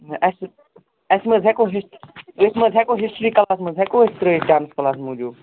نہ اَسہِ اَسہِ ما حٲز ہیٚکو ہِسٹری أسۍ ما حٲز ہیٚکو ہِسٹری کٕلاس ما حٲز ہیکوأسۍ ترٲوِتھ ڈانٛس کٕلاس موٗجوٗب